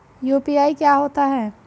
UPI क्या होता है?